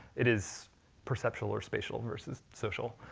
it is perceptual or spatial, versus social.